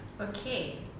Okay